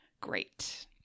great